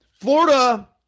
Florida